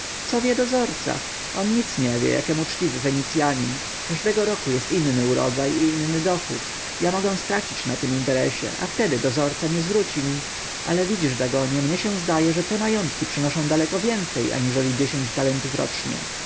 co wie dozorca on nic nie wie jakem uczciwy fenicjanin każdego roku jest inny urodzaj i inny dochód ja mogę stracić na tym interesie a wtedy dozorca nie zwróci mi ale widzisz dagonie mnie się zdaje że te majątki przynoszą daleko więcej aniżeli dziesięć talentów rocznie